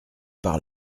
par